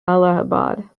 allahabad